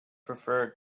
preferred